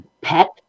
Pet